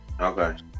Okay